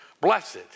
Blessed